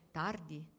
tardi